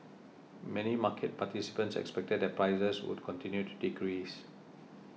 many market participants expected that prices would continue to decrease